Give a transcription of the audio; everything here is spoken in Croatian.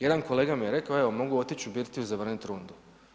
Jedan kolega mi je rekao, evo, mogu otići u birtiju zavrniti rundu.